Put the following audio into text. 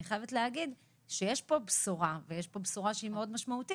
אני חייבת לציין שפשוט טכנית בנוסח,